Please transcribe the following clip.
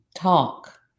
Talk